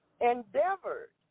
endeavored